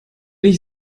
ich